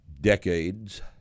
decades